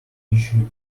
issue